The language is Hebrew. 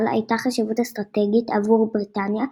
הייתה חשיבות אסטרטגית עבור בריטניה,